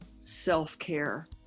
self-care